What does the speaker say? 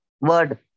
Word